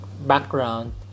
background